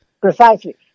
Precisely